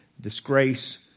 disgrace